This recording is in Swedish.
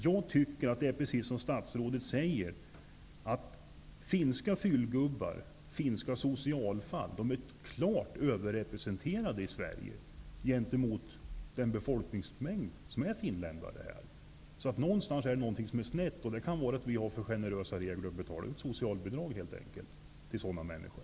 Jag tycker precis som statsrådet att finska fyllegubbar och finska socialfall är klart överrepresenterade i Sverige i förhållande till mängden finländare som bor här. Någonstans är det alltså något som är snett. Det kan helt enkelt vara att vi har för generösa regler för utbetalning av socialbidrag till sådana människor.